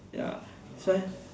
ya right